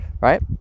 Right